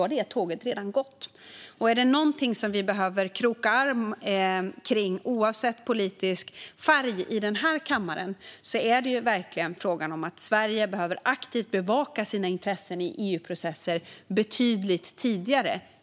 Är det någonting som vi, oavsett politisk färg, behöver kroka arm kring i kammaren är det att Sverige aktivt behöver bevaka sina intressen i EU-processer betydligt tidigare.